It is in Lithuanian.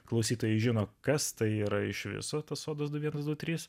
klausytojai žino kas tai yra iš viso tas sodas du vienas du trys